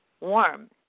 warm